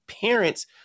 Parents